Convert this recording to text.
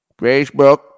Facebook